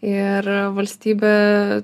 ir valstybė